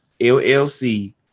LLC